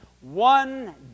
One